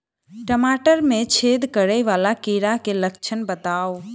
टमाटर मे छेद करै वला कीड़ा केँ लक्षण बताउ?